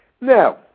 Now